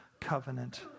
covenant